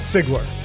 Sigler